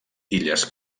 illes